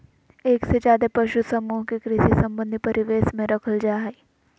एक से ज्यादे पशु समूह के कृषि संबंधी परिवेश में रखल जा हई